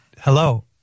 hello